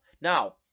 Now